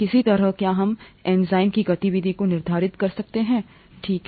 किस तरह क्या हम एंजाइम की गतिविधि को निर्धारित करते हैं ठीक है